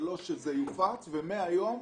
זה לא שזה יופץ ומהיום,